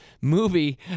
movie